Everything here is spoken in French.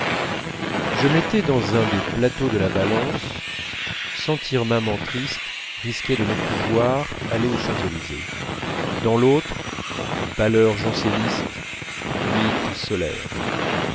je mettais dans un des plateaux de la balance sentir maman triste risquer de ne pas pouvoir aller aux champs-élysées dans l'autre pâleur janséniste mythe solaire